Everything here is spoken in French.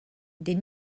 des